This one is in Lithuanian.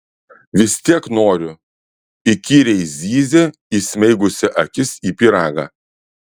vis tiek noriu įkyriai zyzė įsmeigusi akis į pyragą